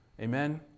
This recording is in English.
Amen